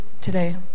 today